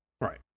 Right